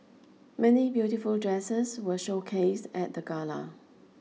many beautiful dresses were showcased at the gala